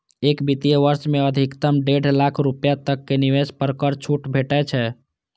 एक वित्त वर्ष मे अधिकतम डेढ़ लाख रुपैया तक के निवेश पर कर छूट भेटै छै